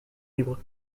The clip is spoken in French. libre